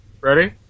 Ready